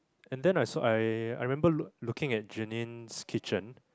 and then I saw I I remember loo~ looking at Jenine's kitchen